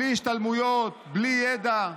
בלי השתלמויות, בלי ידע,